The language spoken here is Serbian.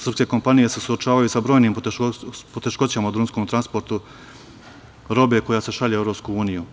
Srpske kompanije se suočavaju sa brojnim poteškoćama u drumskom transportu robe koja se šalje u EU.